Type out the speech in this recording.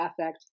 affect